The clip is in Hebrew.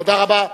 תודה רבה.